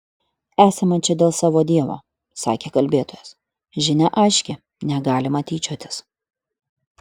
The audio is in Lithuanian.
esame čia dėl savo dievo sakė kalbėtojas žinia aiški negalima tyčiotis